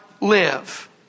live